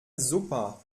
super